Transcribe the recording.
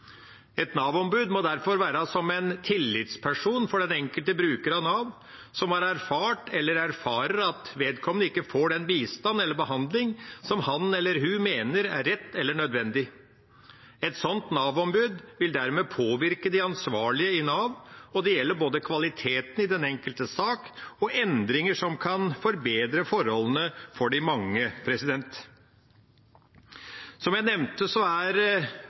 Et Nav-ombud må derfor være som en tillitsperson for den enkelte bruker av Nav som har erfart, eller erfarer, at vedkommende ikke får den bistand eller behandling som han eller hun mener er rett eller nødvendig. Et sånt Nav-ombud vil dermed påvirke de ansvarlige i Nav, og det gjelder både kvaliteten i den enkelte sak og endringer som kan forbedre forholdene for de mange. Som jeg nevnte, er